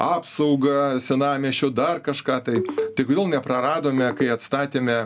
apsaugą senamiesčio dar kažką tai tai kodėl nepraradome kai atstatėme